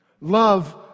Love